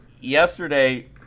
yesterday